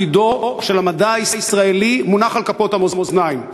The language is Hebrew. עתידו של המדע הישראלי מונח על כף המאזניים.